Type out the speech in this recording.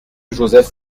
joseph